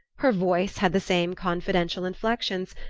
her voice had the same confidential inflections,